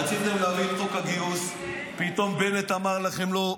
רציתם להביא את חוק הגיוס, ופתאום בנט אמר לכם לא.